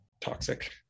toxic